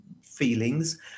feelings